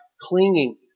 clinging